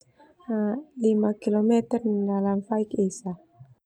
Lima kilometer dalam faik esa.